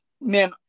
man